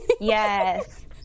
Yes